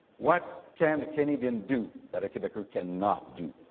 what can canadians do that a quebecer cannot do?